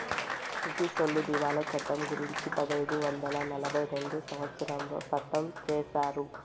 బ్రిటీసోళ్లు దివాళా చట్టం గురుంచి పదైదు వందల నలభై రెండవ సంవచ్చరంలో సట్టం చేశారు